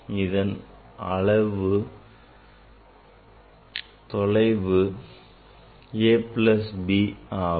இதன் தொலைவு a plus b ஆகும்